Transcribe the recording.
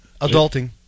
Adulting